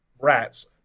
rats